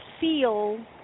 feel